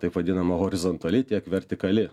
taip vadinama horizontali tiek vertikali